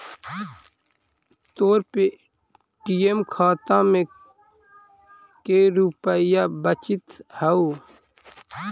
तोर पे.टी.एम खाता में के रुपाइया बचित हउ